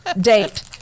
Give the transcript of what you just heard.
date